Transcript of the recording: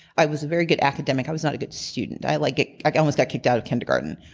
i was a very good academic, i was not a good student. i like like i almost got kicked out of kindergarten.